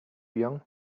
young